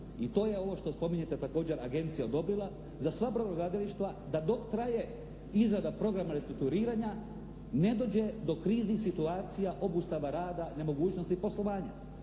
i to je ovo što spominjete, također, Agencija odobrila, za sva brodogradilišta da dok traje izrada programa restrukturiranja ne dođe do kriznih situacija, obustava rada, nemogućnosti poslovanja.